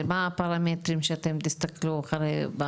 מה הפרמטרים שאתם תסתכלו אחרי?